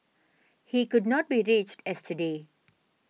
he could not be reached yesterday